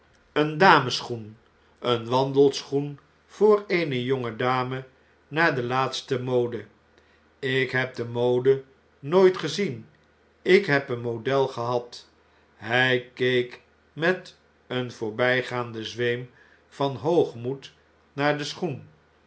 een damesschoen een wandelschoen voor eene jonge dame naar de laatste mode ik heb de mode nooit gezien ik heb een model gehad hjj keek met een voorbjjgaanden zweem van hoogmoed naar den schoen